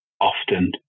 Often